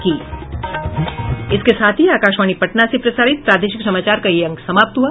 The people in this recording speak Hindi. इसके साथ ही आकाशवाणी पटना से प्रसारित प्रादेशिक समाचार का ये अंक समाप्त हुआ